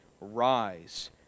rise